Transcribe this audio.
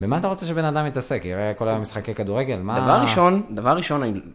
ומה אתה רוצה שבן אדם יתעסק? יראה כל היום משחקי כדורגל? מה? דבר ראשון, דבר ראשון הייתי...